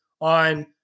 on